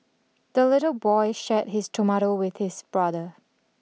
the little boy shared his tomato with his brother